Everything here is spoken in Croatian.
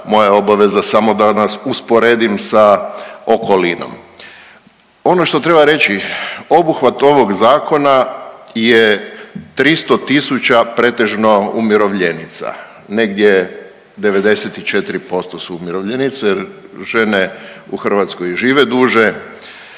Moja je obaveza samo da nas usporedim sa okolinom. Ono što treba reći obuhvat ovog zakona je 300 000 pretežno umirovljenica, negdje 94% su umirovljenice, jer žene u Hrvatskoj žive duže.